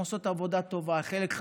והן עושות עבודה טובה: חלק,